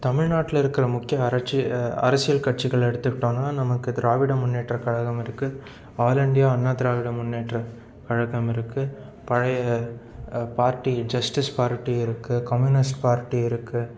தமிழ்நாட்டில் இருக்கிற முக்கிய அரட்சி அரசியல் கட்சிகள் எடுத்துகிட்டாங்கன்னால் நமக்கு திராவிட முன்னேற்ற கழகம் இருக்குது ஆல் இண்டியா அண்ணா திராவிட முன்னேற்ற கழகம் இருக்குது பழைய பார்ட்டி ஜஸ்டிஸ் பார்ட்டி இருக்குது கம்யூனிஸ்ட் பார்ட்டி இருக்கு து